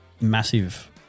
massive